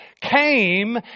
came